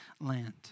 land